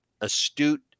astute